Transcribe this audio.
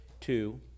Two